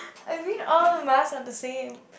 I mean all masks are the same